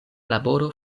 laboro